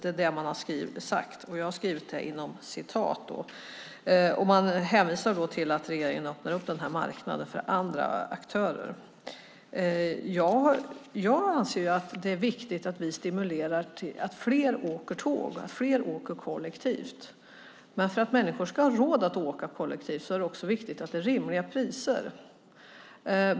Det är det man har sagt och som jag har skrivit inom citationstecken i min interpellation. Man hänvisar till att regeringen öppnar den här marknaden för andra aktörer. Jag anser att det är viktigt att vi stimulerar fler att åka tåg, att åka kollektivt. Men för att människor ska ha råd att åka kollektivt är det också viktigt att det är rimliga priser.